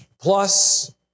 plus